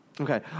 Okay